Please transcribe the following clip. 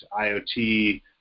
IoT